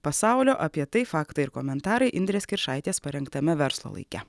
pasaulio apie tai faktai ir komentarai indrės kiršaitės parengtame verslo laike